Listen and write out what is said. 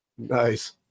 Nice